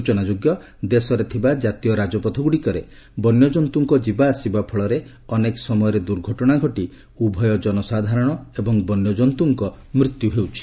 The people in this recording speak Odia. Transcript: ସ୍କଚନାଯୋଗ୍ୟ ଦେଶରେ ଥିବା କାତୀୟ ରାଜପଥ ଗ୍ରଡିକରେ ବନ୍ୟକ୍ତ୍ତୁଙ୍କ ଯିବାଆସିବା ଫଳରେ ଅନେକ ସମୟରେ ଦୁର୍ଘଟଣା ଘଟି ଉଭୟ ଜନସାଧାରଣ ଏବଂ ବନ୍ୟଜନ୍ତୁଙ୍କ ମୃତ୍ୟୁ ହେଉଛି